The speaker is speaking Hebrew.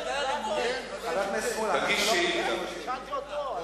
תגיש שאילתא.